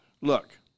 Look